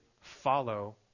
follow